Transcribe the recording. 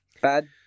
Bad